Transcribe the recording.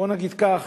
בוא נגיד כך,